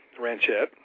ranchette